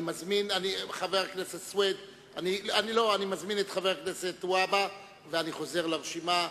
אני מזמין את חבר הכנסת מגלי והבה וחוזר לרשימה,